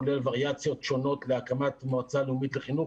כולל וריאציות שונות להקמת מועצה לאומית לחינוך.